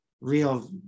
real